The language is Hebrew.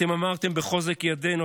אתם אמרתם: בחוזק ידינו,